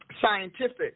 scientific